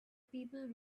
people